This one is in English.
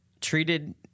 treated